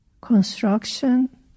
Construction